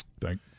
Thank